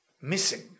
missing